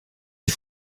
sie